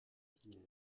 qu’hier